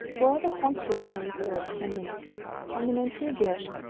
boil the plums slowly in the syrup ten minutes turn them into a dish,